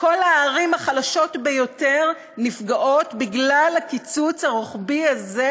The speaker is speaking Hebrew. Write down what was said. כל הערים החלשות ביותר נפגעות בגלל הקיצוץ הרוחבי הזה,